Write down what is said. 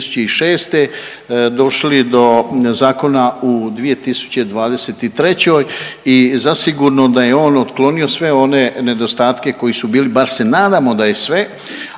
došli do zakona u 2023. i zasigurno da je on otklonio sve one nedostatke koji su bili, bar se nadamo da je sve.